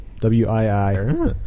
W-I-I